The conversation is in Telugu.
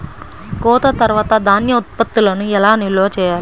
కోత తర్వాత ధాన్య ఉత్పత్తులను ఎలా నిల్వ చేయాలి?